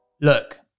Look